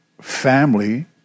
family